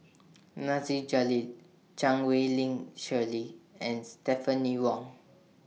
Nasir Jalil Chan Wei Ling Cheryl and Stephanie Wong